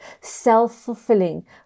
self-fulfilling